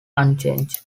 unchanged